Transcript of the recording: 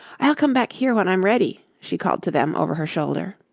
i'll come back here when i'm ready, she called to them over her shoulder.